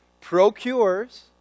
procures